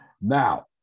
Now